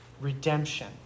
redemption